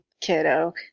kiddo